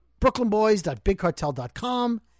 brooklynboys.bigcartel.com